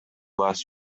less